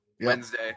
Wednesday